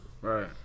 Right